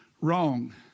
Wrong